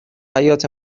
حیاط